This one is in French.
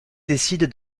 décident